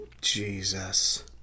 Jesus